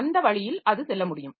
அந்த வழியில் அது செல்ல முடியும்